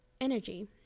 energy